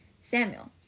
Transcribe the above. Samuel